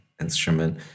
instrument